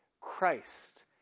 Christ